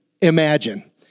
imagine